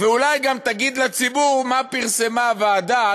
ואולי גם תגיד לציבור מה פרסמה הוועדה,